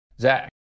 Zach